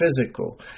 physical